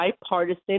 bipartisan